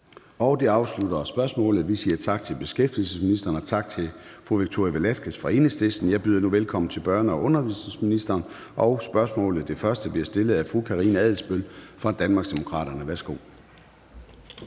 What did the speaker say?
Det afslutter spørgsmålet. Vi siger tak til beskæftigelsesministeren og tak til fru Victoria Velasquez fra Enhedslisten. Jeg byder nu velkommen til børne- og undervisningsministeren. Og det første spørgsmål til ministeren bliver stillet af fru Karina Adsbøl fra Danmarksdemokraterne. Kl.